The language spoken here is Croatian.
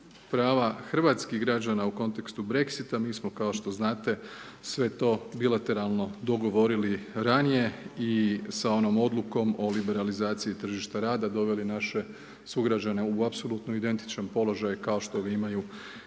prava hrvatskih građana u kontekstu Brexita, mi smo kao što znate sve to bilateralno dogovorili ranije i sa onom Odlukom o liberalizaciji tržišta rada doveli naše sugrađane u apsolutno identičan položaj kao što ga imaju